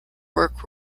work